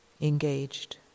engaged